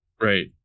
Right